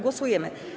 Głosujemy.